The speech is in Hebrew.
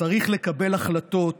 צריך לקבל החלטות